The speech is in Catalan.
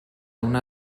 una